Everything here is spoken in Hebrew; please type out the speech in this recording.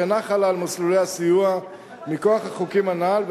אינה חלה על מסלולי הסיוע מכוח החוקים הנ"ל,